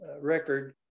record